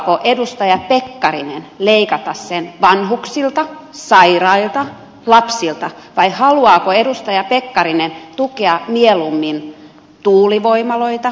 haluaako edustaja pekkarinen leikata sen vanhuksilta sairailta lapsilta vai haluaako edustaja pekkarinen tukea mieluummin tuulivoimaloita esimerkiksi